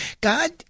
God